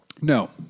No